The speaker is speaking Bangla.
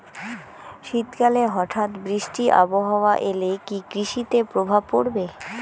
শীত কালে হঠাৎ বৃষ্টি আবহাওয়া এলে কি কৃষি তে প্রভাব পড়বে?